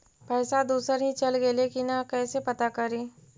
पैसा दुसरा ही चल गेलै की न कैसे पता करि?